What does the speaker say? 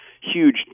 huge